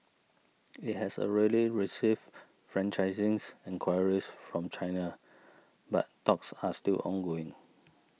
it has already received franchising and enquiries from China but talks are still ongoing